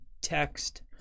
text